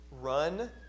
Run